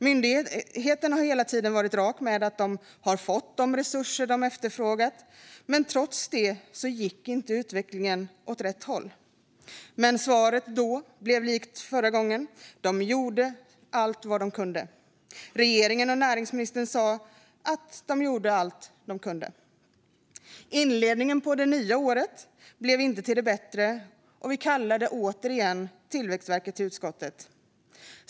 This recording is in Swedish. Myndigheten har hela tiden varit rak med att man har fått de resurser man efterfrågat, men trots detta gick utvecklingen inte åt rätt håll. Men svaret då blev i likhet med förra gången att man gjorde allt man kunde. Regeringen och näringsministern sa att de gjorde allt de kunde. Inledningen på det nya året blev inte bättre, och vi kallade återigen Tillväxtverket till utskottet.